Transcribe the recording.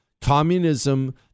Communism